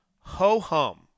ho-hum